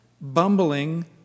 bumbling